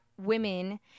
women